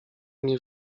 nie